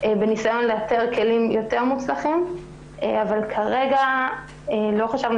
בניסיון לאתר כלים יותר מוצלחים אבל כרגע לא חשבנו